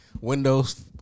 Windows